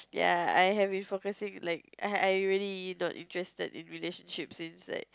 ya I have been focusing like I I really not interested in relationships since like